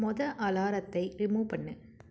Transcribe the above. மொதல் அலாரத்தை ரிமூவ் பண்ணு